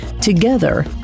Together